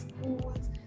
schools